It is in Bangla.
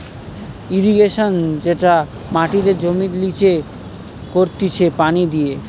ইরিগেশন যেটা মাটিতে জমির লিচে করতিছে পানি দিয়ে